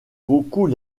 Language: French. beaucoup